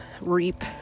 reap